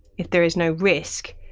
if there is no risk,